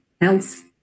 health